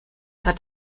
hat